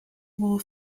war